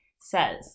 says